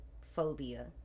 Phobia